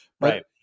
Right